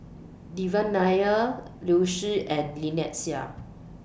Devan Nair Liu Si and Lynnette Seah